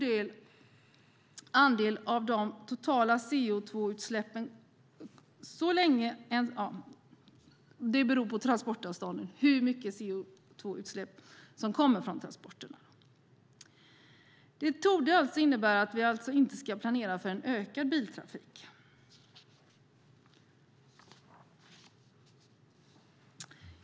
Det beror på transportavstånden hur mycket CO2-utsläpp som kommer från transporterna. Det torde innebära att vi inte ska planera för en ökad biltrafik.